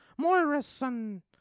Moirison